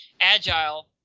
agile